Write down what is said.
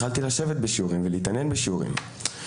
התחלתי לשבת בשיעורים ולהתעניין בשיעורים.